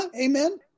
Amen